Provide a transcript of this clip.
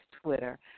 Twitter